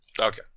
Okay